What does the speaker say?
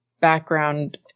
background